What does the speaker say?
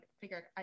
figure